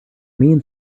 mean